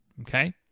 Okay